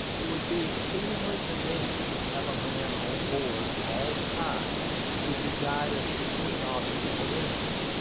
it would be exceedingly convenient to have a man on board all the time who could guide us to any object of interest.